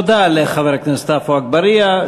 תודה לחבר הכנסת עפו אגבאריה.